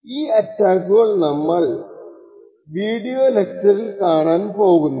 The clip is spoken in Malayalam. ഈ അറ്റാക്കുകൾ ആണ് നമ്മൾ ഈ വീഡിയോ ലെക്ച്ചറിൽ കാണാൻ പോകുന്നത്